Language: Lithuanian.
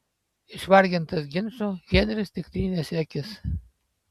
išvargintas ginčo henris tik trynėsi akis